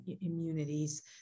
immunities